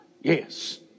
Yes